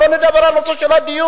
שלא לדבר על נושא הדיור,